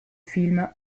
film